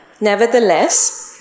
Nevertheless